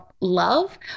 love